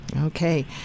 Okay